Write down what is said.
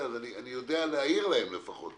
אני יודע להעיר להם לפחות.